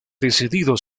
decidido